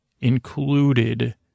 included